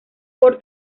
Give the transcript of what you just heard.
por